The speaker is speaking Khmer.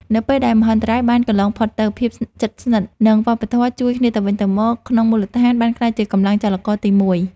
នៅពេលដែលមហន្តរាយបានកន្លងផុតទៅ ភាពជិតស្និទ្ធ និងវប្បធម៌ជួយគ្នាទៅវិញទៅមកក្នុងមូលដ្ឋាន បានក្លាយជាកម្លាំងចលករទីមួយ។